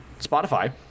Spotify